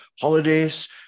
holidays